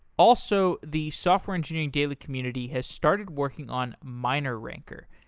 also, the software engineering daily community has started working on mineranker.